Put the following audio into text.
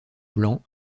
blanc